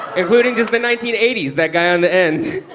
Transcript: including just the nineteen eighty s, that guy on the end,